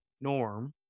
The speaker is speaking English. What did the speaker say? norm